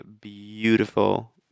beautiful